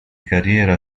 carriera